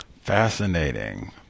Fascinating